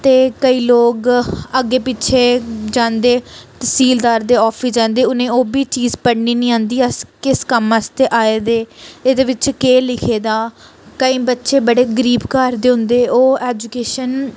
ते केईं लोग अग्गें पिच्छें जांदे तसीलदार दे आफिस जंदे उ'नें ओह् बी चीज़ पढ़नी नी आंदी अस किस कम्म आस्तै आए दे एह्दे बिच्च केह् लिखे दा केईं बच्चे गरीब घर दे होंदे ओह् ऐजुकेशन